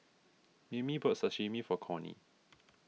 Maymie bought Sashimi for Cornie